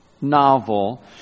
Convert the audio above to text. novel